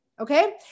Okay